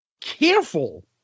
Careful